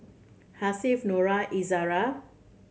Hasif Nura Izara